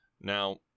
now